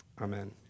Amen